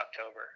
October